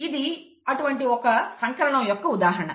ఇది అటువంటి ఒక సంకరణం యొక్క ఉదాహరణ